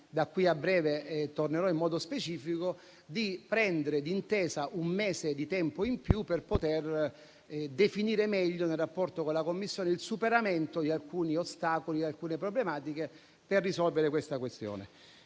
da qui a breve tornerò in modo specifico, di prendere un mese di tempo in più, per poter definire meglio, nel rapporto con la Commissione, il superamento di alcuni ostacoli e di alcune problematiche, per risolvere alcune questioni.